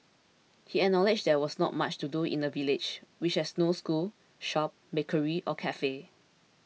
he acknowledged there was not much to do in the village which has no school shop bakery or cafe